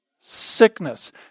sickness